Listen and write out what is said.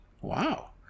Wow